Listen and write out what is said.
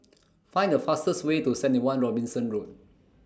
Find The fastest Way to seventy one Robinson Road